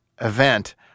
event